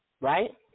right